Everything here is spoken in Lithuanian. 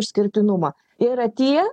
išskirtinumą jie yra tie